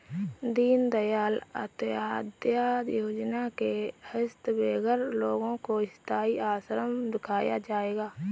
दीन दयाल अंत्योदया योजना के तहत बेघर लोगों को स्थाई आश्रय दिया जाएगा